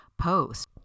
post